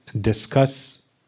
discuss